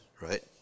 Right